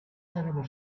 terrible